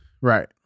Right